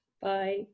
Bye